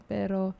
Pero